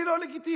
אני לא לגיטימי,